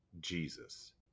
Jesus